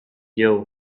joe